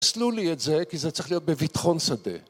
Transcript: פסלו לי את זה, כי זה צריך להיות בביטחון שדה